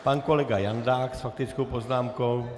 Pan kolega Jandák s faktickou poznámkou.